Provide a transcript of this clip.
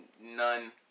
none